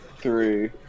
Three